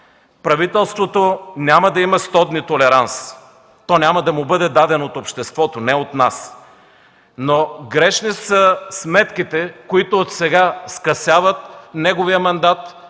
Правителството няма да има сто дни толеранс. Той няма да му бъде даден от обществото, не от нас. Но грешни са сметките, които отсега скъсяват неговия мандат.